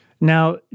Now